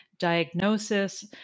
diagnosis